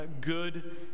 good